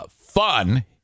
fun